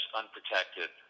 unprotected